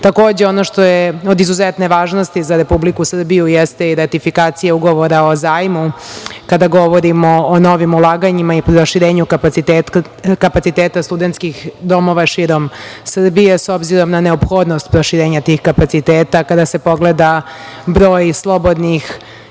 ono što je od izuzetne važnosti za Republiku Srbiju jeste i ratifikacija Ugovora o zajmu kada govorimo o novim ulaganjima i proširenju kapaciteta studentskih domova širom Srbije, s obzirom na neophodnost proširenja tih kapaciteta kada se pogleda broj slobodnih